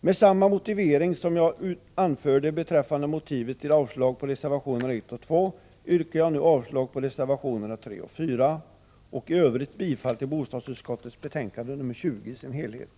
Med samma motivering som jag anförde som motiv för avstyrkande av reservationerna 1 och 2 yrkar jag avslag på reservationerna 3 och 4 samt i övrigt bifall till bostadsutskottets hemställan i dess helhet i betänkande 20.